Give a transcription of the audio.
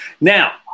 Now